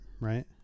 right